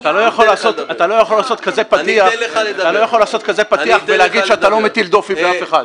אתה לא יכול לעשות כזה פתיח ולהגיד שאתה לא מטיל דופי באף אחד.